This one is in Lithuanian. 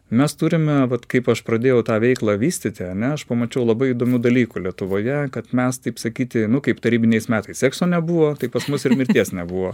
mes turime vat kaip aš pradėjau tą veiklą vystyti ane aš pamačiau labai įdomių dalykų lietuvoje kad mes taip sakyti nu kaip tarybiniais metais sekso nebuvo taip pas mus ir mirties nebuvo